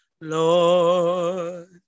lord